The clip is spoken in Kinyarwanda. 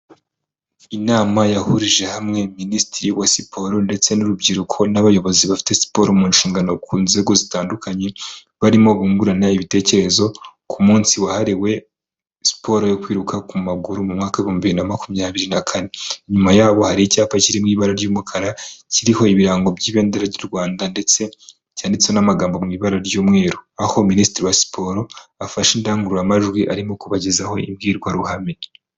Inama yahurije hamwe Minisitiri wa Siporo ndetse n'urubyiruko n'abayobozi bafite siporo mu nshingano ku nzego zitandukanye barimo bungurana ibitekerezo ku munsi wahariwe siporo yo kwiruka ku maguru mu mwaka w' ibihumbi bibiri na makumyabiri na kane. Nyuma yaho hari icyapa cyanditse mu ibara ry'umukara, kiriho ibirango by'ibendera ry'u Rwanda ndetse cyanditse n'amagambo mu ibara ry'umweru, aho Minisitiri wa Siporo afashe indangururamajwi arimo kubagezaho imbwirwaruhame.